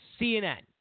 CNN